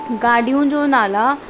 गाॾियूं जो नाला